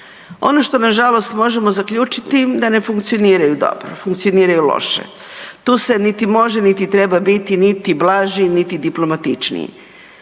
Ono što nažalost možemo zaključiti da ne funkcioniraju dobro, funkcioniraju loše. Tu se niti može niti treba biti niti blaži, niti diplomatičniji.